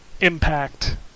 impact